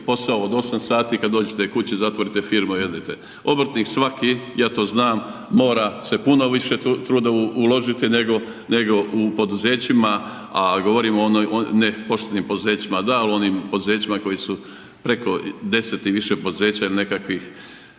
posao od osam sati, kada dođete kući zatvorite firmu i jedete, obrtnik svaki ja to znam mora se puno više truda uložiti nego u poduzećima u poštenim poduzećima da, ali u onim koji su preko 10 i više poduzeća otvorili